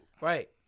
Right